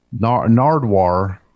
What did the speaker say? Nardwar